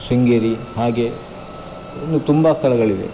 ಶೃಂಗೇರಿ ಹಾಗೆ ಇನ್ನು ತುಂಬ ಸ್ಥಳಗಳಿವೆ